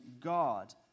God